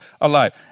alive